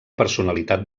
personalitat